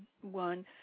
one